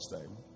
time